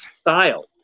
style